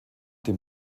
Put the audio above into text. dem